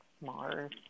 Mars